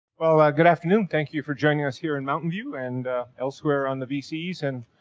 well, good afternoon. thank you for joining us here in mountain view and elsewhere on the vcs and,